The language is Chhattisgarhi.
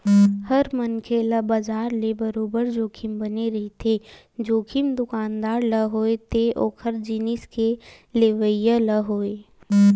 हर मनखे ल बजार ले बरोबर जोखिम बने रहिथे, जोखिम दुकानदार ल होवय ते ओखर जिनिस के लेवइया ल होवय